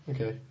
Okay